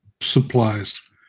supplies